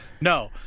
No